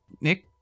nick